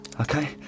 Okay